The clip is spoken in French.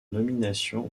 nomination